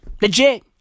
Legit